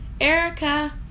Erica